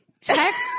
Text